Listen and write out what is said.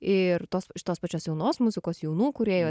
ir tos iš tos pačios jaunos muzikos jaunų kūrėjų